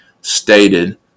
stated